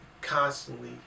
Constantly